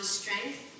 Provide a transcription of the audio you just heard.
strength